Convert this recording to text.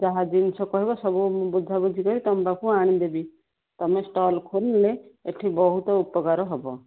ଯାହା ଜିନିଷ କହିବ ସବୁ ମୁଁ ବୁଝାବୁଝି କରି ତୁମ ପାଖକୁ ଆଣିଦେବି ତୁମେ ଷ୍ଟଲ ଖୋଲିଲେ ଏଇଠି ବହୁତ ଉପକାର ହବ